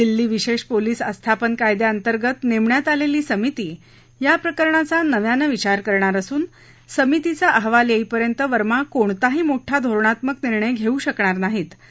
दिल्ली विशेष पोलिस अस्थापन कायद्यांतर्गत नेमण्यात आलेली समिती या प्रकरणाचा नव्यानं विचार करणार असून समितीचा अहवाल येईपर्यंत वर्मा कोणताही मोठा धोरणात्मक निर्णय घेऊ शकणार नाहीत असं न्यायालयानं स्पष्ट केलं